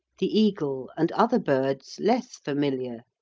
the eagle and other birds less familiar.